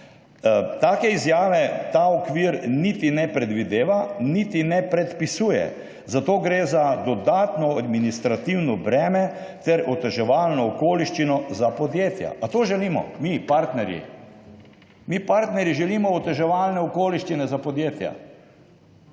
Take izjave ta okvir niti ne predvideva niti ne predpisuje, zato gre za dodatno administrativno breme ter oteževalno okoliščino za podjetja. A to želimo mi partnerji? Mi partnerji želimo oteževalne okoliščine za podjetja?